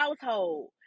household